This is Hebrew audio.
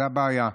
זו הבעיה,